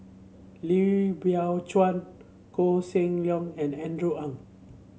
Lee Biow Chuan Koh Seng Leong and Andrew Ang